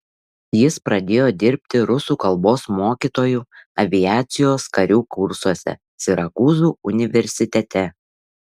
jis pradėjo dirbti rusų kalbos mokytoju aviacijos karių kursuose sirakūzų universitete